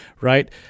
right